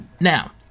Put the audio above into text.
Now